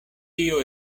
tio